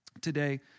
today